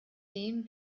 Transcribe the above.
dem